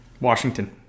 Washington